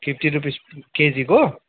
fifty rupees केजीको